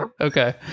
Okay